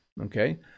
okay